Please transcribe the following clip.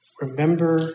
Remember